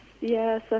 yes